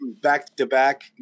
back-to-back